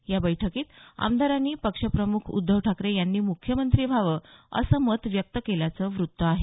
या बैठकीत आमदारांनी पक्ष प्रमुख उद्धव ठाकरे यांनी मुख्यमंत्री व्हावं असं मत व्यक्त केल्याचं वृत्त आहे